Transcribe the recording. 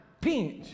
pinch